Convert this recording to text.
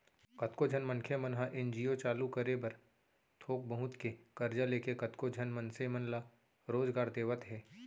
कतको झन मनखे मन ह एन.जी.ओ चालू करे बर थोक बहुत के करजा लेके कतको झन मनसे मन ल रोजगार देवत हे